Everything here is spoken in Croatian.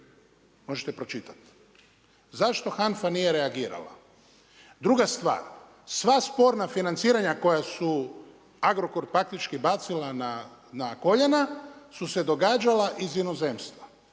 možete pročitati. Zašto HANFA nije reagirala? Druga stvar, sva sporna financiranja koja su Agrokor faktički bacila na koljena su se događala iz inozemstva.